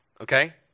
Okay